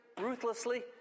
ruthlessly